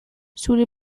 zure